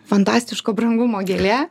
fantastiško brangumo gėlė